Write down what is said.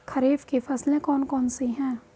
खरीफ की फसलें कौन कौन सी हैं?